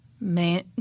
Man